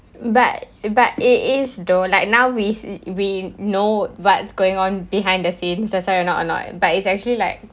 but but it is though like now we see we know what's going on behind the scenes that's why we're not annoyed but it's actually like